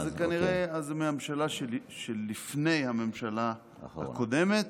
אז כנראה מהממשלה שלפני הממשלה הקודמת.